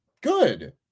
good